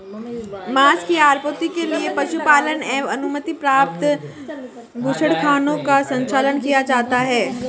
माँस की आपूर्ति के लिए पशुपालन एवं अनुमति प्राप्त बूचड़खानों का संचालन किया जाता है